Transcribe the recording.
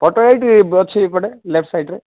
ପୋଟଳ ଏଇଟି ଅଛି ଏପଟେ ଲେଫ୍ଟ ସାଇଡ଼୍ରେ